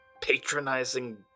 patronizing